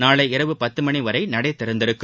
நாளை இரவு பத்து மணி வரை நடை திறந்திருக்கும்